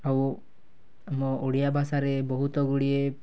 ଆଉ ଆମ ଓଡ଼ିଆ ଭାଷରେ ବହୁତ ଗୁଡ଼ିଏ